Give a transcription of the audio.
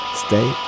stay